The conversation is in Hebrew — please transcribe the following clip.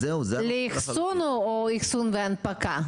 זה -- לאחסון או לאחסון והנפקה?